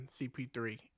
CP3